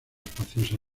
espaciosa